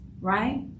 right